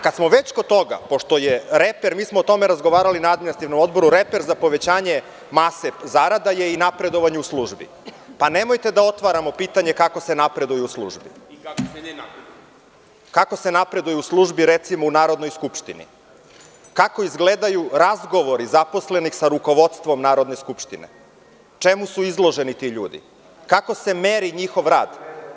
Kada smo već kod toga, mi smo o tome razgovarali na Administrativnom odboru, pošto je reper za povećanje mase zarada i napredovanje u službi, pa nemojte da otvaramo pitanje kako se napreduje u službi, recimo, u Narodnoj skupštini, kako izgledaju razgovori zaposlenih sa rukovodstvom Narodne skupštine, čemu su izloženi ti ljudi, kako se meri njihov rad.